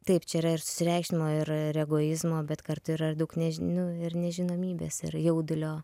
taip čia yra ir susireikšminimo ir ir egoizmo bet kartu yra ir daug nu ir nežinomybės ir jaudulio